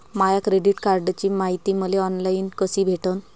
माया credit कार्डची मायती मले ऑनलाईन कसी भेटन?